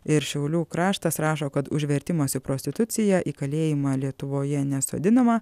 ir šiaulių kraštas rašo kad už vertimąsi prostitucija į kalėjimą lietuvoje nesodinama